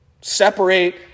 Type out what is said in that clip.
Separate